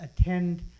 attend